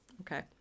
Okay